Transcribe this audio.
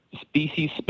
species